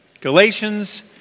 Galatians